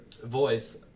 Voice